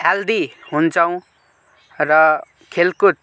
healthy हुन्छौँ र खेलकुद